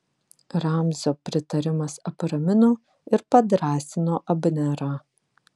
ramzio pritarimas apramino ir padrąsino abnerą